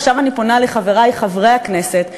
עכשיו אני פונה לחברי חברי הכנסת,